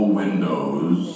windows